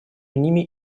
ними